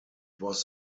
was